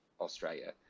australia